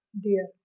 dear